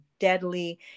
Deadly